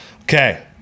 Okay